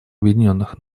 объединенных